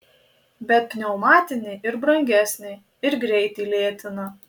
bet pneumatinė ir brangesnė ir greitį lėtina